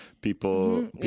People